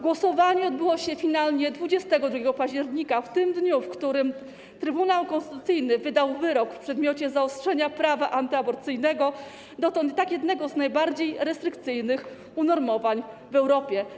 Głosowanie odbyło się finalnie 22 października, czyli w dniu, w którym Trybunał Konstytucyjny wydał wyrok w przedmiocie zaostrzenia prawa antyaborcyjnego, dotąd i tak jednego z najbardziej restrykcyjnych unormowań w Europie.